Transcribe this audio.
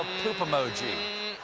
poop emoji.